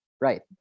Right